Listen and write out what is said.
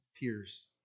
peers